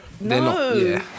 No